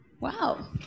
Wow